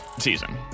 season